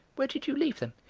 where did you leave them?